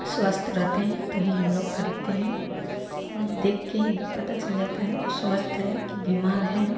स्वस्थ रहते हैं तो ही हम लोग खरीदते हैं और देख के ही पता चल जाता है स्वस्थ है कि बीमार है